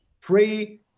pray